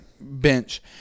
Bench